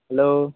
hello